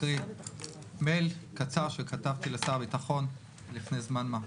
אקריא מייל קצר שכתבתי לשר הביטחון לפני זמן מה.